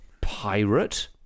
pirate